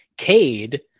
Cade